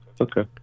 okay